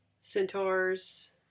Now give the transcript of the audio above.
Centaurs